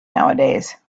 nowadays